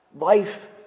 Life